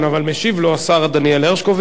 אבל משיב לו השר דניאל הרשקוביץ.